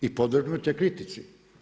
I podvrgnut je kritici.